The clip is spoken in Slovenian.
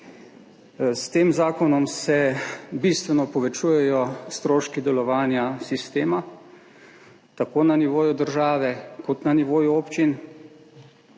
S tem zakonom se bistveno povečujejo stroški delovanja sistema tako na nivoju države kot na nivoju občin.